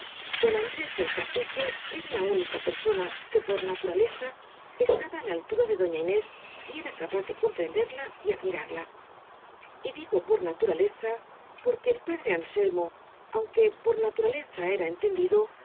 don andrés el cacique era la única per sona que por naturaleza estaba á la altura de doña inés y era capaz de comprenderla y admirarla y digopor naturaleza porque el padre anselmo aun que por naturaleza era entendido